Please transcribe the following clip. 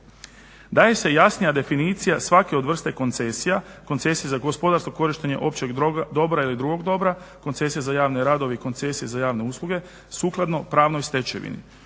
Daje se jasnija definicija svake od vrste koncesija, koncesija za gospodarsko korištenje općeg dobra ili drugog dobra, koncesija za javne radove i koncesija za javne usluge sukladno pravnoj stečevini.